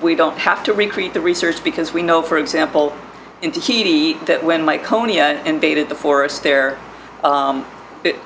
don't have to recreate the research because we know for example in tahiti that when my coney invaded the forests there